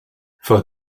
for